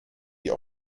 die